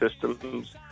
systems